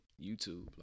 YouTube